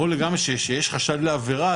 ברור לגמרי שכשיש חשד לעבירה,